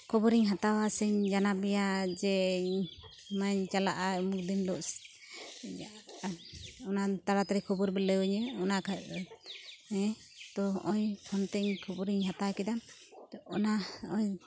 ᱠᱷᱚᱵᱚᱨᱤᱧ ᱦᱟᱛᱟᱣᱟ ᱥᱮ ᱡᱟᱱᱟᱣ ᱟᱯᱮᱭᱟ ᱡᱮ ᱢᱟᱧ ᱪᱟᱞᱟᱜᱼᱟ ᱩᱢᱩᱠ ᱫᱤᱱ ᱦᱤᱞᱳᱜ ᱥᱮ ᱚᱱᱟ ᱛᱟᱲᱟ ᱛᱟᱲᱤ ᱠᱷᱚᱵᱚᱨ ᱵᱮᱱ ᱞᱟᱹᱭ ᱟᱹᱧᱟᱹ ᱚᱱᱟ ᱠᱷᱟᱹᱛᱤᱨ ᱛᱮ ᱦᱚᱸᱜᱼᱚᱭ ᱯᱷᱳᱱ ᱛᱮ ᱠᱷᱚᱵᱚᱨᱤᱧ ᱦᱟᱛᱟᱣ ᱠᱮᱫᱟ ᱚᱱᱟ ᱦᱚᱸᱜᱼᱚᱭ